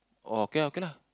oh okay okay lah